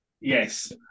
Yes